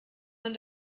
man